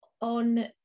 on